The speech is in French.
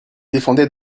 défendez